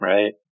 Right